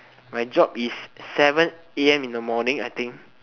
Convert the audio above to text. my job is seven a_m in the morning I think